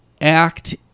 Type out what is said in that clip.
act